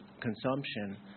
consumption